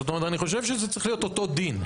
זאת אומרת, אני חושב שזה צריך להיות אותו דין.